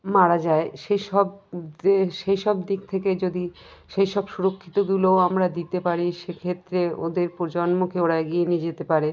মারা যায় সেই সব সেই সব দিক থেকে যদি সেই সব সুরক্ষাগুলো আমরা দিতে পারি সে ক্ষেত্রে ওদের প্রজন্মকে ওরা এগিয়ে নিয়ে যেতে পারে